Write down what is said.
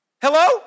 Hello